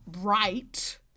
right